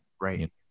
Right